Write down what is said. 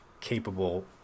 capable